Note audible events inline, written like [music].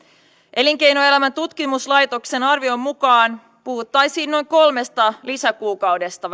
elinkeinoelämän tutkimuslaitoksen arvion mukaan puhuttaisiin vähintään noin kolmesta lisäkuukaudesta [unintelligible]